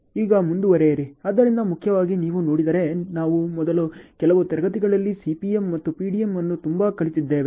ಈಗ ಮುಂದುವರಿಯಿರಿ ಆದ್ದರಿಂದ ಮುಖ್ಯವಾಗಿ ನೀವು ನೋಡಿದ್ದರೆ ನಾವು ಮೊದಲ ಕೆಲವು ತರಗತಿಗಳಲ್ಲಿ CPM ಮತ್ತು PDM ಅನ್ನು ತುಂಬಾ ಕಲಿತಿದ್ದೇವೆ